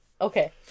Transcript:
okay